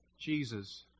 Jesus